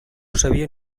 sabia